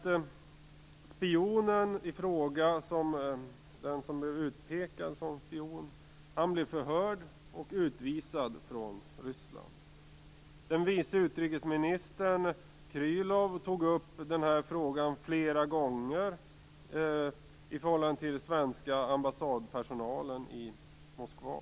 Den som blev utpekad som spion blev förhörd och utvisad från Ryssland. Vice utrikesministern Krylov tog upp frågan flera gånger med svenska ambassadpersonalen i Moskva.